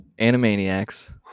Animaniacs